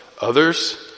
others